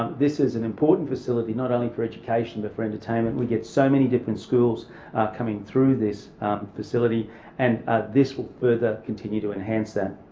this is an important facility not only for education but for entertainment. we get so many different schools coming through this facility and this will further continue to enhance that.